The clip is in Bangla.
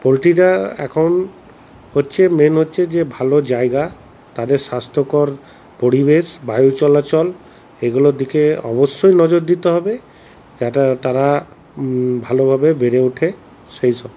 পোল্ট্রীরা এখন হচ্ছে মেন হচ্ছে যে ভালো জায়গা তাদের স্বাস্থ্যকর পরিবেশ বায়ু চলাচল এগুলোর দিকে অবশ্যই নজর দিতে হবে তারা ভালোভাবে বেড়ে ওঠে সেই সব